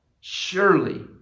surely